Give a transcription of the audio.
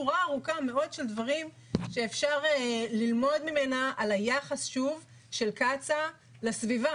יש שורה ארוכה מאוד של דברים שאפשר ללמוד ממנה על היחס של קצא"א לסביבה.